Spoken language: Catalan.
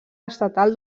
estatal